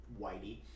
whitey